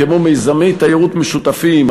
כמו מיזמי תיירות משותפים,